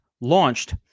launched